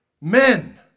Men